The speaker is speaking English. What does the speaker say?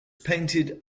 painted